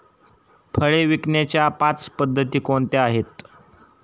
फळे विकण्याच्या पाच पद्धती कोणत्या आहेत?